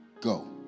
go